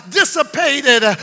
dissipated